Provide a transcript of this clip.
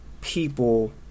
people